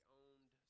owned